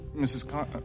Mrs